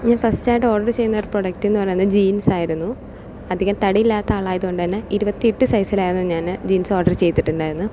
ഞാൻ ഫസ്റ്റ് ആയിട്ട് ഓർഡർ ചെയ്യുന്നൊരു പ്രൊഡക്റ്റ് എന്നു പറയുന്നത് ജീൻസ് ആയിരുന്നു അധികം തടിയിലാത്ത ആളായത് കൊണ്ടുതന്നെ ഇരുപത്തിയെട്ട് സൈസ്സിലായിരിന്നു ഞാന് ജീൻസ് ഓർഡർ ചെയ്തിട്ടിണ്ടായിരുന്നത്